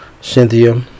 Cynthia